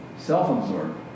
self-absorbed